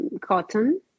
cotton